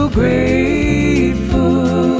grateful